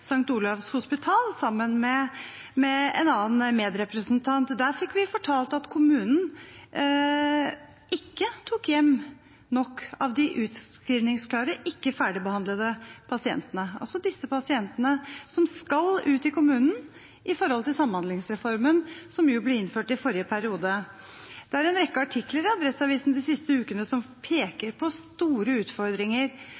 St. Olavs Hospital sammen med en medrepresentant. Der ble vi fortalt at kommunen ikke tok hjem nok av de utskrivningsklare, ikke ferdigbehandlede pasientene, altså disse pasientene som skal ut i kommunen, ifølge Samhandlingsreformen som ble innført i forrige periode. Det er en rekke artikler i Adresseavisen de siste ukene som